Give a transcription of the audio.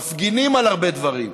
מפגינים על הרבה דברים,